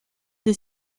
des